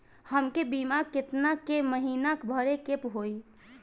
हमके बीमा केतना के महीना भरे के होई?